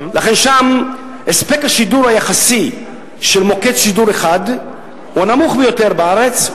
לכן שם הספק השידור היחסי של מוקד שידור אחד הוא הנמוך ביותר בארץ,